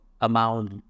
amount